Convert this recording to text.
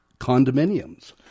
condominiums